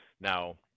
now